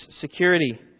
security